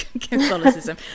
Catholicism